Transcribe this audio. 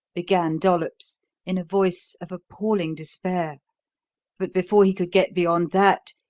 began dollops in a voice of appalling despair but before he could get beyond that,